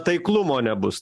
taiklumo nebus